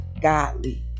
godly